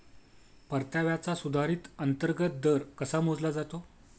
परताव्याचा सुधारित अंतर्गत दर कसा मोजला जातो?